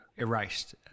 Erased